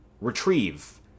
Retrieve